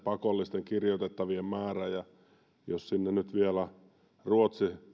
pakollisten kirjoitettavien määrä nousi neljästä viiteen jos sinne nyt vielä ruotsi